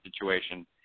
situation